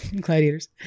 gladiators